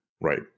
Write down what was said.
Right